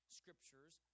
scriptures